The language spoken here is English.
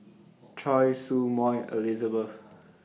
Choy Su Moi Elizabeth